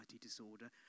disorder